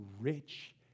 rich